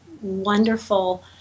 wonderful